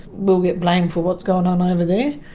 we'll get blamed for what's going on over there.